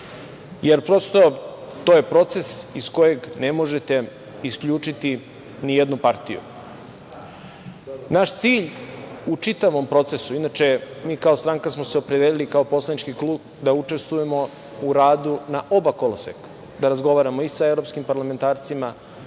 Prosto, to je proces iz kojeg ne možete isključiti nijednu partiju. Naš cilj u čitavom procesu, inače, mi kao poslanički klub smo se opredelili da učestvujemo u radu na oba koloseka, da razgovaramo i sa evropskim parlamentarcima